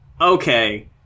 Okay